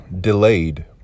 delayed